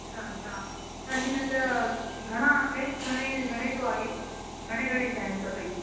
अछा अछा त हिनजा घणा अघ आहिनि घणे घणे जो आहे इहो घणे घणे जा आहिनि सभई